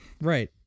Right